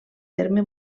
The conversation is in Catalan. terme